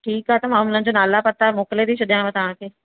ठीकु आहे त मां हुननि जो नाला पता मोकिले थी छॾियांव तव्हांखे